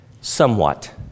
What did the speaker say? somewhat